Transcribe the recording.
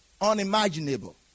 unimaginable